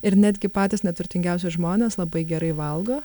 ir netgi patys neturtingiausi žmonės labai gerai valgo